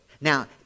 now